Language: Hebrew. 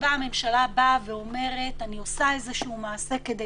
שבו הממשלה באה ואומרת: אני עושה מעשה כדי